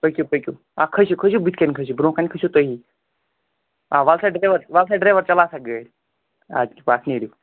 پٔکِو پٔکِو آ کھسِو کھسِو بٕتھۍ کَنہِ کھسِو برٛونٛہہ کَنہِ کھسِو تُہی آ ولہٕ سا ڈریو ر ولہٕ سا ڈریور چلاوسا گٲڑۍ اَدٕ کیاہ پَکھ نیٖرِو